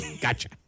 Gotcha